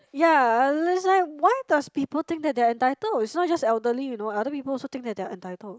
ya is like why does people think that they are entitled it's not just elderly you know other people also think that they are entitled